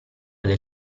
del